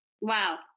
Wow